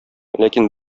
ләкин